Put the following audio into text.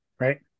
Right